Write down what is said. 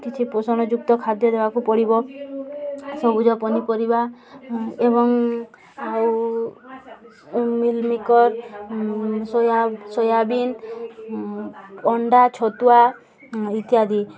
କିଛି ପୋଷଣ ଯୁକ୍ତ ଖାଦ୍ୟ ଦେବାକୁ ପଡ଼ିବ ସବୁଜ ପନିପରିବା ଏବଂ ଆଉ ମିଲ୍ମେକର୍ ସୋୟା ସୋୟାବିନ ଅଣ୍ଡା ଛତୁଆ ଇତ୍ୟାଦି